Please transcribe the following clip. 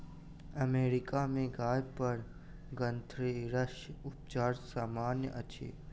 America में गाय पर ग्रंथिरस उपचार सामन्य अछि